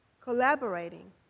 collaborating